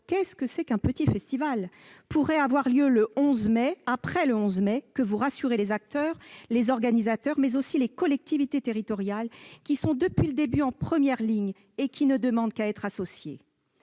qu'est-ce qu'un « petit » festival ? -pourraient avoir lieu après le 11 mai que vous rassurez les acteurs, les organisateurs, mais aussi les collectivités territoriales, lesquelles sont depuis le début en première ligne et ne demandent qu'à être associées.